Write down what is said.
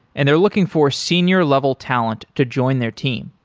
and they're looking for senior level talent to join their team.